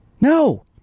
No